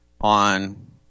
on